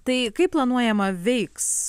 tai kaip planuojama veiks